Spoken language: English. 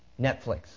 Netflix